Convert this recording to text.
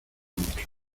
mucho